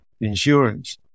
insurance